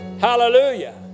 Hallelujah